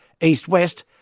east-west